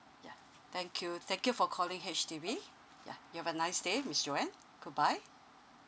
ya thank you thank you for calling H_D_B you have a nice day miss Joanne goodbye